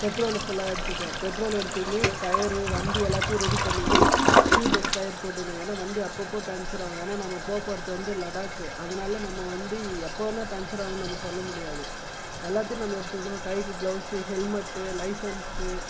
petrol ஃபுல்லா எடுத்துப்பேன் petrol எடுத்துக்குன்னு டயரு வண்டி எல்லாத்தையும் ரெடி பண்ணிக்கன்னு ட்யூப்லெஸ் டயர் போட்டுக்கணும் ஏன்னால் வண்டி அப்பப்போ பஞ்சராகும் ஏன்னால் நம்ம போகப் போகிறது வந்து லடாக்கு அதனால நம்ம வந்து எப்போ வேணால் பஞ்சராகுனு நம்ம சொல்லமுடியாது எல்லாத்தையும் நம்ம எடுத்துக்கணும் கைக்கு க்லௌவ்ஸு ஹெல்மெட்டு லைசன்ஸு